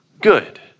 good